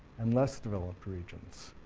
and less developed regions.